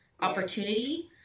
opportunity